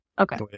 Okay